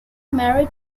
married